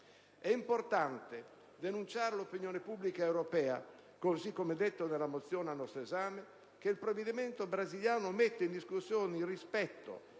È importante denunciare all'opinione pubblica europea, così come detto nella mozione al nostro esame, che il provvedimento del Governo brasiliano mette in discussione il rispetto